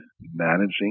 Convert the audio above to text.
managing